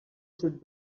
should